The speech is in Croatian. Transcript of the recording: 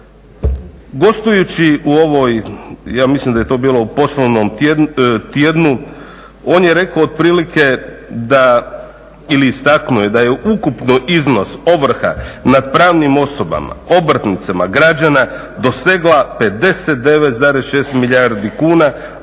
Gostujući u ovoj ja mislim da je to bilo u Poslovnom tjednu on je rekao otprilike ili istaknuo da je ukupno iznos ovrha nad pravnim osobama, obrtnicima, građana dosegla 59,6 milijarde kuna